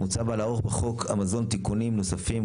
מוצב על החוק המזון תיקונים נוספים,